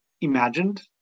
imagined